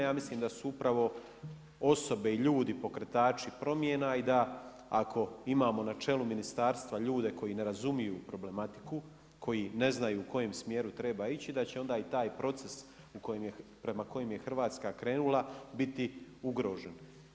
Ja mislim da su upravo osobe, ljudi pokretači promjena i da ako imamo na čelu ministarstva ljude koji ne razumiju problematiku koji ne znaju kojem smjeru treba ići da će onda i taj proces prema kojem je Hrvatska krenula biti ugrožen.